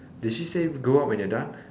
did she say go out when you're done